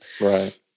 Right